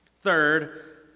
Third